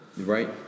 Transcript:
Right